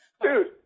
Dude